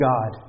God